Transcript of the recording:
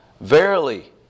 verily